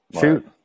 Shoot